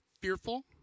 Fearful